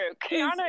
Kiana